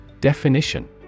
Definition